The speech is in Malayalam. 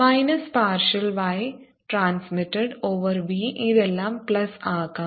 minus partial y transmitted over v ഇതെല്ലാം പ്ലസ് ആക്കാം